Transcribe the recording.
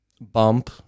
Bump